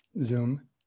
Zoom